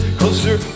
closer